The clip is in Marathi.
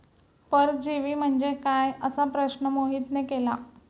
परजीवी म्हणजे काय? असा प्रश्न मोहितने केला